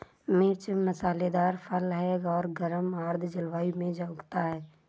मिर्च मसालेदार फल है और गर्म आर्द्र जलवायु में उगता है